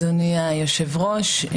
אדוני היושב-ראש,